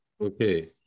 Okay